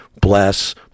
bless